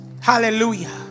Hallelujah